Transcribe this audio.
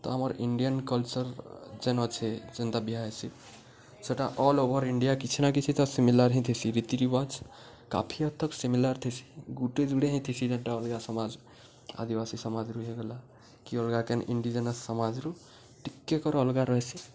ତ ଆମର Indian culture ଯେନ୍ ଅଛେ ଯେନ୍ତା ବିହା ହେସି ସେଟା ଅଲ ଓଭର ଇଣ୍ଡିଆ କିଛି ନା କିଛି ତ ସିମିଲାର ହିଁ ଥିସି ରୀତି ରିୱାଜ୍ କାଫି ହଦ୍ ତକ୍ ସିମିଲାର ଥିସି ଗୁଟେ ଜୁଡ଼େ ହିଁ ଥିସି ଯେନ୍ଟା ଅଲଗା ସମାଜ ଆଦିବାସୀ ସମାଜରୁ ହେଇଗଲା କି ଅଲଗା କେନ୍ ଇଣ୍ଡିଜେନ ସମାଜରୁ ଟିକେକରି ଅଲଗା ରହିସି